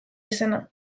izena